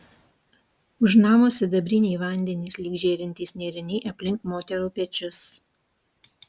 už namo sidabriniai vandenys lyg žėrintys nėriniai aplink moterų pečius